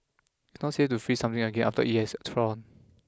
not safe to freeze something again after it has thawed